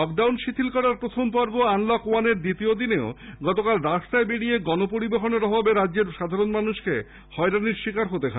lockdown শিথিল করার প্রথম পর্ব আনলক ওয়ানের দ্বিতীয় দিনেও গতকাল রাস্তায় বেরিয়ে গণ পরিবহণের অভাবে সাধারণ মানুষকে হয়রানির শিকার হতে হয়